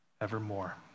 evermore